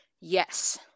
Yes